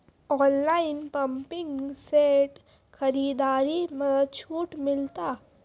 Online pumping set खरीदारी मे छूट मिलता?